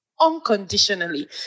unconditionally